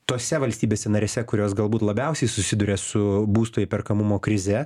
tose valstybėse narėse kurios galbūt labiausiai susiduria su būsto įperkamumo krize